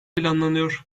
planlanıyor